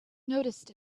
noticed